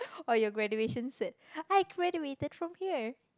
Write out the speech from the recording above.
oh your graduation cert I graduated from here